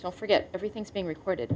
so forget everything's being recorded